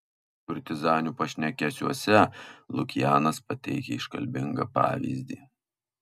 kurtizanių pašnekesiuose lukianas pateikia iškalbingą pavyzdį